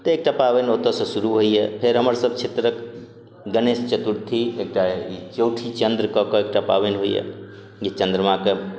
तऽ एकटा पाबैन ओतऽ सँ शुरू होइए फेर हमर सभ क्षेत्रक गणेश चतुर्थी एकटा ई चौठी चन्द्रके कऽ एकटा पाबैन होइए जे चन्द्रमा